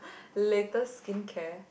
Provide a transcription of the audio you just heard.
latest skincare